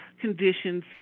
conditions